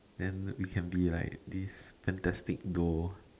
then we can be like this fantastic Duo